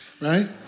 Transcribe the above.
right